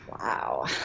Wow